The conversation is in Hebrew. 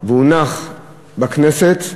והונח בכנסת,